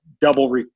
double